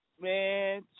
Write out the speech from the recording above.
Man